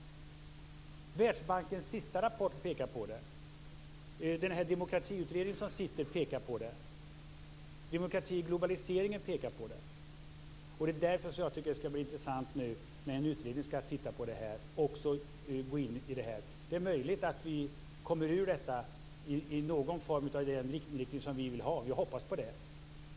Världsbankens senaste rapport pekar på det. Demokratiutredningen som sitter pekar på det. I Globaliseringen och demokratin pekar man på det. Det skall därför bli intressant när en utredning nu skall titta på det här. Det är möjligt att vi kommer ur detta i den riktning som vi vill - jag hoppas det.